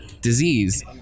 disease